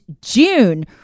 June